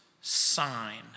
sign